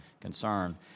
concern